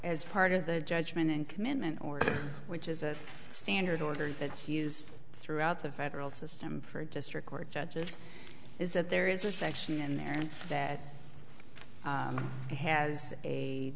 as part of the judgment and commitment or which is a standard order it's used throughout the federal system for district court judges is that there is a section in there that has a